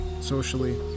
socially